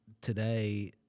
today